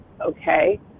okay